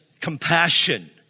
compassion